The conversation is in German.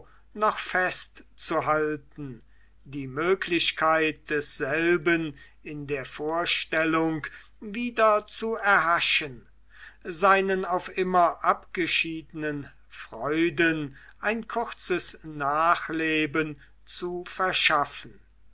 noch festzuhalten die möglichkeit desselben in der vorstellung wieder zu erhaschen seinen auf immer abgeschiedenen freuden ein kurzes nachleben zu verschaffen